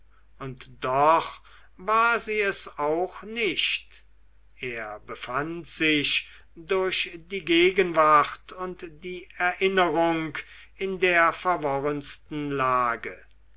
und doch war sie es auch nicht er befand sich durch die gegenwart und die erinnerung in der verworrensten lage